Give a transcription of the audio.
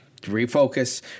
Refocus